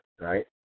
right